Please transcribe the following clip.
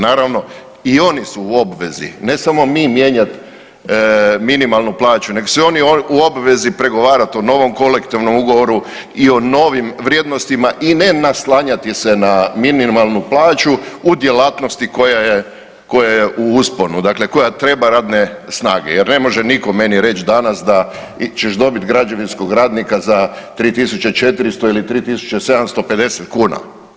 Naravno, i oni su u obvezi ne samo mi mijenjat minimalnu plaću nego su oni u obvezi pregovarat o novom kolektivnom ugovoru i o novim vrijednostima i ne naslanjati se na minimalnu plaću u djelatnosti koja je, koja je u usponu, dakle koja treba radne snage jer ne može nitko meni reć danas da ćeš dobit građevinskog radnika za 3.400 ili 3.750 kuna.